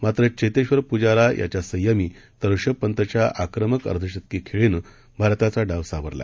मात्रचेतश्वरपुजारायाच्यासंयमीतरऋषभपंतच्याआक्रमकअर्धशतकीखेळीनंभारताचाडावसावरला